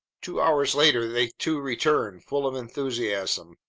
two hours later the two returned full of enthusiasm.